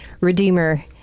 Redeemer